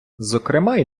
зокрема